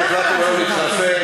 אתם החלטתם היום להתחרפן,